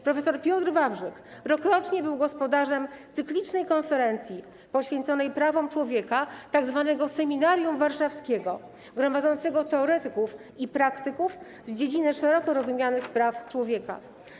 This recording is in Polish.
Prof. Piotr Wawrzyk rokrocznie był gospodarzem cyklicznej konferencji poświęconej prawom człowieka, tzw. seminarium warszawskiego gromadzącego teoretyków i praktyków z dziedziny szeroko rozumianych praw człowieka.